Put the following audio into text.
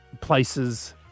places